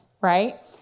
right